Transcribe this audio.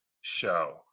show